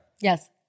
Yes